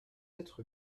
être